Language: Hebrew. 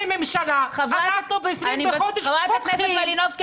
חברת הכנסת מלינובסקי,